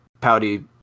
pouty